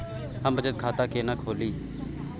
हम बचत खाता केना खोलइयै?